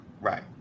Right